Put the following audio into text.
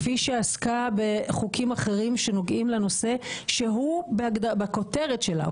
כפי שעסקה בחוקים אחרים שנוגעים לנושא שהוא בכותרת שלה,